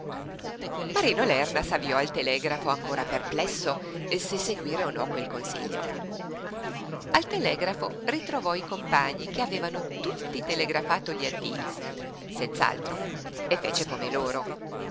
marino lerna s'avviò al telegrafo ancora perplesso se seguire o no quel consiglio al telegrafo ritrovò i compagni che avevano tutti telegrafato gli addii senz'altro e fece come loro